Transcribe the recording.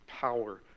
power